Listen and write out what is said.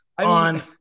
On